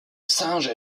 singes